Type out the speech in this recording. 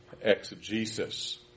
exegesis